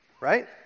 right